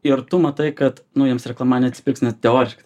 ir tu matai kad nu jiems reklama neatsipirks net teoriškai